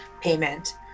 payment